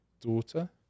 daughter